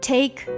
Take